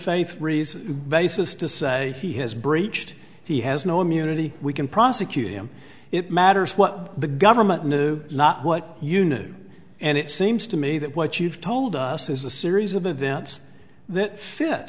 reason basis to say he has breached he has no immunity we can prosecute him it matters what the government knew not what you knew and it seems to me that what you've told us is a series of events that fit